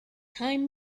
time